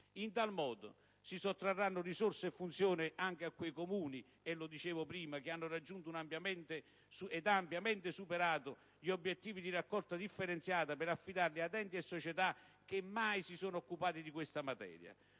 In tal modo, si sottrarranno risorse e funzioni anche a quei Comuni, come ho detto, che hanno raggiunto e ampiamente superato gli obiettivi di raccolta differenziata per affidarli ad enti e società che mai si sono occupati di questa materia.